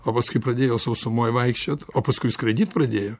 o paskui pradėjo sausumoj vaikščiot o paskui skraidyt pradėjo